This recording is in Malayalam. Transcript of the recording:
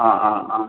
ആ ആ ആ